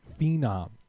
phenom